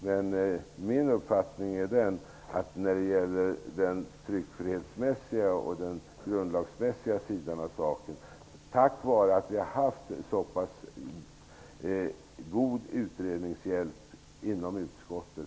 Men min uppfattning är att man, när det gäller den tryckfrihetsmässiga och den grundlagsmässiga sidan av saken, har lyckat bemästra denna fråga -- tack vare att vi har haft så pass god utredningshjälp inom utskottet.